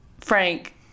Frank